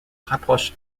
rapproche